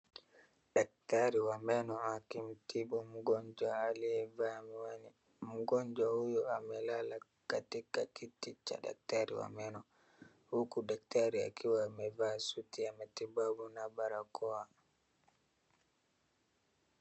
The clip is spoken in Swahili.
Daktari wa meno akimtibu mgonjwa aliyevaa miwani. Mgonjwa huyu amelala katika kiti cha daktari wa meno, huku daktari akiwa amevaa suti ya matibabu na barakoa.